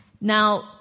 Now